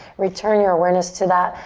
return your awareness to that.